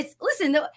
Listen